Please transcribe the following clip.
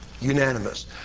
Unanimous